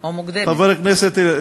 או מוקדמת.